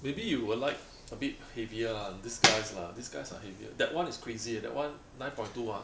maybe you will like a bit heavier ah these guys lah these guys are heavier that one is crazy that one nine point two ah